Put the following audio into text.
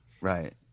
Right